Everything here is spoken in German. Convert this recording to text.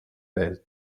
welt